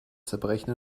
zerbrechen